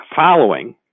Following